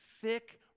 thick